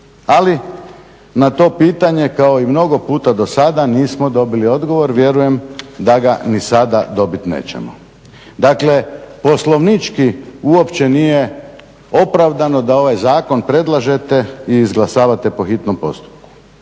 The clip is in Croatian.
Ali na to pitanje kao i mnogo puta do sada nismo dobili odgovor. Vjerujem da ga ni sada dobiti nećemo. Dakle poslovnički uopće nije opravdano da ovaj zakon predlažete i izglasavate po hitnom postupku.